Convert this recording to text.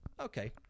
Okay